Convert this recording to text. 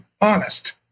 honest